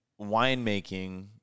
winemaking